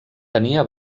tenia